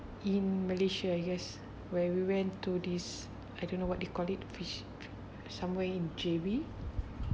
in malaysia yes where we went to this I don't know what you call it fish somewhere in J_B